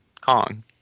Kong